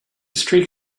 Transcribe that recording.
streak